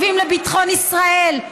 טובים לביטחון ישראל,